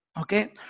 Okay